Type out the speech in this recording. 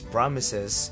Promises